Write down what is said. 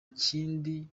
kindi